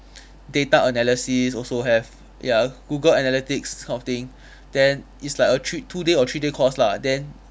data analysis also have ya google analytics this kind of thing then it's like a thr~ two or three day course lah then